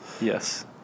Yes